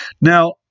Now